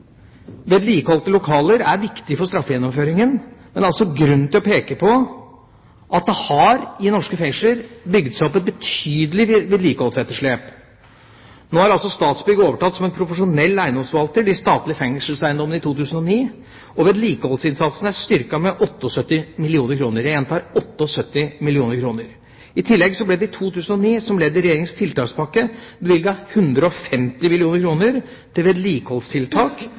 Vedlikeholdte lokaler er viktig for straffegjennomføringen, men det er altså grunn til å peke på at det i norske fengsler har bygget seg opp et betydelig vedlikeholdsetterslep. Nå har altså Statsbygg, som en profesjonell eiendomsforvalter, overtatt de statlige fengselseiendommene i 2009, og vedlikeholdsinnsatsen er styrket med 78 mill. kr – jeg gjentar: 78 mill. kr. I tillegg ble det i 2009 som ledd i Regjeringas tiltakspakke, bevilget 150 mill. kr til vedlikeholdstiltak